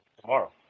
tomorrow